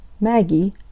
Maggie